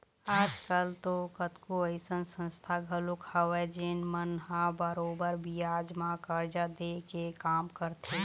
आज कल तो कतको अइसन संस्था घलोक हवय जेन मन ह बरोबर बियाज म करजा दे के काम करथे